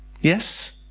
Yes